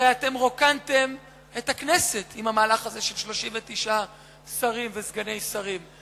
הרי אתם רוקנתם את הכנסת במהלך הזה של 39 שרים וסגני שרים.